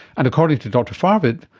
and according to dr farvid,